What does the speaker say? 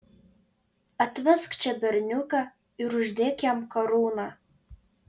atvesk čia berniuką ir uždėk jam karūną